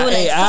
Hey